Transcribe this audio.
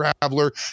traveler